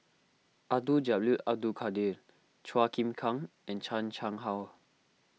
Abdul Jalil Abdul Kadir Chua Chim Kang and Chan Chang How